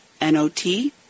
n-o-t